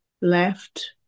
left